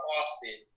often